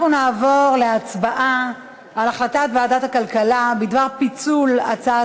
אנחנו נעבור להצבעה על החלטת ועדת הכלכלה בדבר פיצול הצעת